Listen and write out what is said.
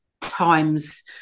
times